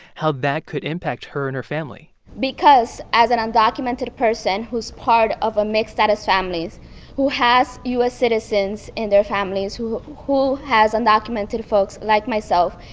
how that could impact her and her family because as an undocumented person who's part of a mixed-status family who has u s. citizens in their families who who has undocumented folks, like myself,